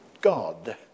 God